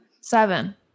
Seven